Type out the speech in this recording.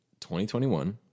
2021